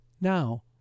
Now